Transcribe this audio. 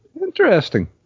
Interesting